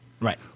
Right